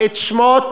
את שמות